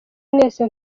mwese